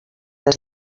les